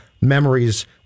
memories